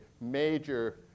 major